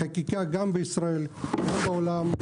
החקיקה, גם בישראל וגם בעולם,